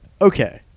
okay